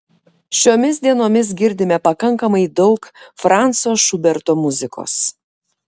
šiomis dienomis girdime pakankamai daug franco šuberto muzikos